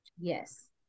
yes